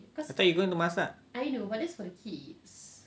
I thought you going to masak